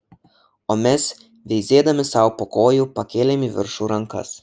o mes veizėdami sau po kojų pakėlėm į viršų rankas